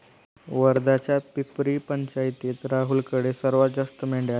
वर्ध्याच्या पिपरी पंचायतीत राहुलकडे सर्वात जास्त मेंढ्या आहेत